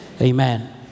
Amen